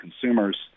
consumers